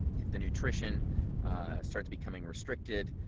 if the nutrition ah starts becoming restricted,